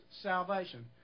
salvation